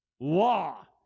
law